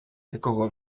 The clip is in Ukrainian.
якого